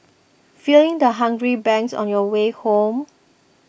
feeling the hunger pangs on your way home